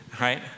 Right